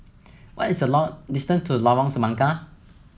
what is the distance to Lorong Semangka